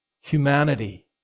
humanity